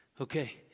Okay